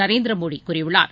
நரேந்திரமோடிகூறியுள்ளார்